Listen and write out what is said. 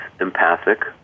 empathic